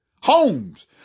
homes